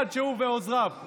אחד, שהוא או עוזריו.